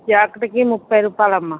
జాకిట్కీ ముప్ఫై రూపాయలు అమ్మ